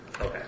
Okay